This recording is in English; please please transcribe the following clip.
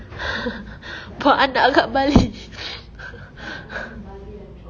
buat anak dekat bali